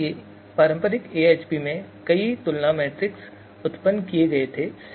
इसलिए पारंपरिक AHP में कई तुलना मैट्रिक्स उत्पन्न किए गए थे